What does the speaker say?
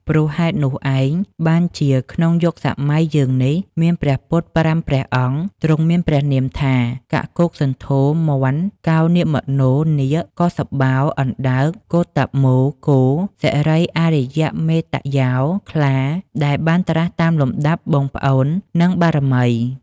ព្រោះហេតុនោះឯង បានជាក្នុងយុគសម័យយើងនេះ មានព្រះពុទ្ធ ៥ ព្រះអង្គ ទ្រង់មានព្រះនាមថា "កកុសន្ធោ (មាន់), កោនាគមនោ (នាគ), កស្សបោ (អណ្ដើក), គោតមោ (គោ), សិរីអារ្យមេត្តេយ្យោ (ខ្លា) ដែលបាន ត្រាស់តាមលំដាប់បងប្អូន និងបារមី។